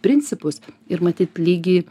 principus ir matyt lygiai